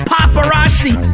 Paparazzi